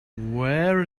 where